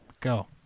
Go